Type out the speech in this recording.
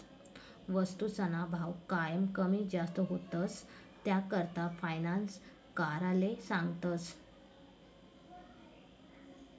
वस्तूसना भाव कायम कमी जास्त व्हतंस, त्याकरता फायनान्स कराले सांगतस